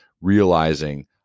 realizing